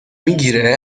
میگیره